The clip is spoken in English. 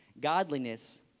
Godliness